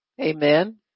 Amen